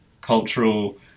cultural